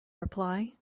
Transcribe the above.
reply